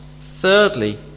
Thirdly